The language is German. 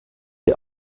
ihr